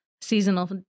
seasonal